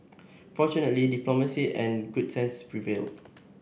fortunately diplomacy and good sense prevailed